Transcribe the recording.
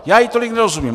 Já jí tolik nerozumím.